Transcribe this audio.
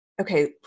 okay